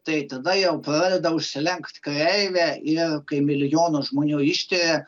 tai tada jau pradeda užsilenkt kreivė ir kai milijoną žmonių ištiria